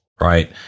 right